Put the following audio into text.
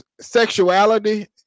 sexuality